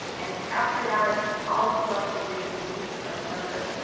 and after that, all that's left to do is to press render